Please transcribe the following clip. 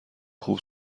خوب